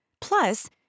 Plus